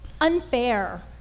unfair